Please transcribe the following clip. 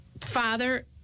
father